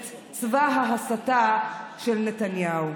את צבא ההסתה של נתניהו.